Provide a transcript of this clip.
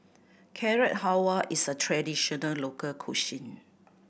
Carrot Halwa is a traditional local cuisine